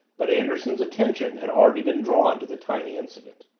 but anderson's attention had already been drawn to the tiny incident.